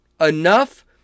Enough